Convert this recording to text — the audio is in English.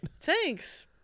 Thanks